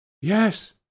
yes